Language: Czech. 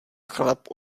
chlap